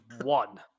one